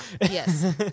yes